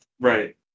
Right